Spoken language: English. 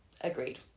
Agreed